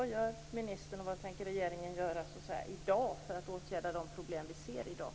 Vad gör ministern i dag, och vad tänker regeringen göra, för att åtgärda de problem som vi ser?